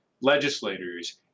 legislators